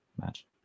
match